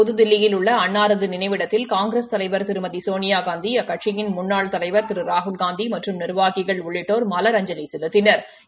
புதுதில்லியல் உள்ள அன்னாரது நினைவிடத்தில் காங்கிரஸ் தலைவர் திருமதி சோனியாகாந்தி அக்கட்சியின் முன்னாள் தலைவர் திரு ராகுல்காந்தி மற்றும் நிர்வாகிகள் உள்ளிட்டோர் மலரஞ்சலி செலுத்தினா்